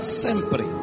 sempre